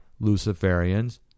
Luciferians